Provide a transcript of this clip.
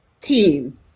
team